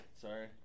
Sorry